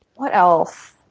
what else?